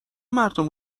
مردم